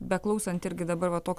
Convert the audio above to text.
beklausant irgi dabar va toks